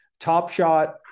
TopShot